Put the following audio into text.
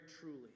truly